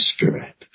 Spirit